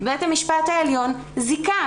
בית המשפט העליון זיכה,